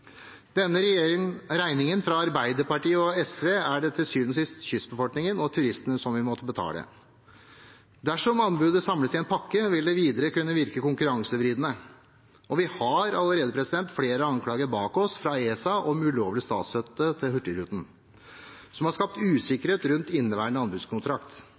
Denne regningen fra Arbeiderpartiet og SV er det til syvende og sist kystbefolkningen og turistene som vil måtte betale. Dersom anbudet samles i én pakke, vil dette videre kunne virke konkurransevridende. Vi har allerede flere anklager bak oss fra ESA om ulovlig statsstøtte til Hurtigruten AS, noe som har skapt usikkerhet rundt inneværende anbudskontrakt.